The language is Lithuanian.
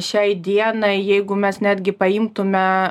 šiai dienai jeigu mes netgi paimtume